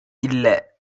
இல்ல